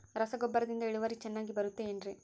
ರಸಗೊಬ್ಬರದಿಂದ ಇಳುವರಿ ಚೆನ್ನಾಗಿ ಬರುತ್ತೆ ಏನ್ರಿ?